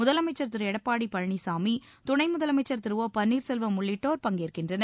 முதலமைச்சர் திரு எடப்பாடி பழனிசாமி துணை முதலமைச்சர் திரு ஒ பன்னீர்செல்வம் உள்ளிட்டோர் பங்கேற்கின்றனர்